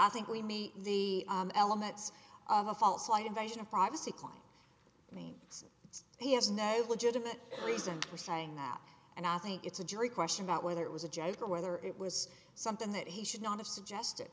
i think we made the elements of a false light invasion of privacy calling me that's it's he has no legitimate reason for saying that and i think it's a jury question about whether it was a joke or whether it was something that he should not have suggested